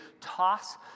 toss